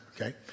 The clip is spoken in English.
Okay